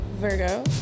Virgo